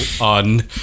on